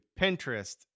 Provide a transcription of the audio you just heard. Pinterest